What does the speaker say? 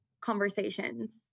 conversations